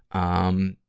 um,